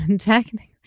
technically